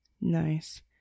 Nice